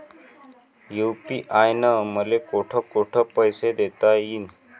UPI न मले कोठ कोठ पैसे देता येईन?